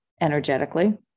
energetically